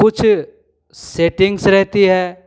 कुछ सेटिंग्स रहती है